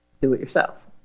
do-it-yourself